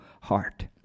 heart